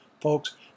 folks